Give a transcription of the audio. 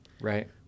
Right